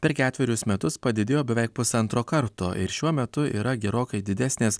per ketverius metus padidėjo beveik pusantro karto ir šiuo metu yra gerokai didesnės